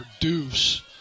produce